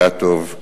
אילטוב,